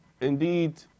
Indeed